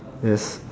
yes